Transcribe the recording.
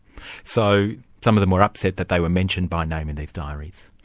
so some of them were upset that they were mentioned by name in these diaries?